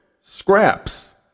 Scraps